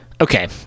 Okay